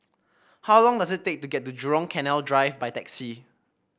how long does it take to get to Jurong Canal Drive by taxi